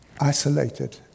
Isolated